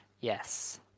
Yes